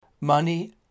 money